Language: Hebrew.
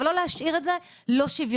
אבל לא להשאיר את זה לא שוויוני,